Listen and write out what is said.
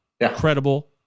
incredible